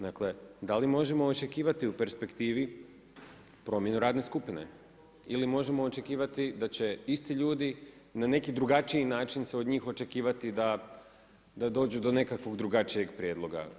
Dakle, da li možemo očekivati u perspektivi promjenu radne skupine ili možemo očekivati da će isti ljudi na neki drugačiji način se od njih očekivati da dođu do nekakvog drugačijeg prijedloga.